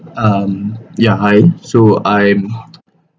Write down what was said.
um ya I so I'm